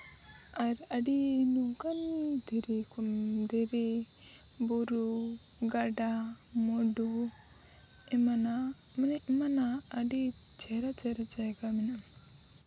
ᱟᱨ ᱟᱹᱰᱤ ᱚᱱᱠᱟᱱ ᱫᱷᱤᱨᱤ ᱠᱚ ᱫᱷᱤᱨᱤ ᱵᱩᱨᱩ ᱜᱟᱰᱟ ᱢᱩᱸᱰᱩ ᱮᱢᱟᱱᱟᱜ ᱢᱟᱱᱮ ᱮᱢᱟᱱᱟᱜ ᱟᱹᱰᱤ ᱪᱮᱦᱨᱟ ᱪᱮᱦᱨᱟ ᱡᱟᱭᱜᱟ ᱢᱮᱱᱟᱜᱼᱟ